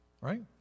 right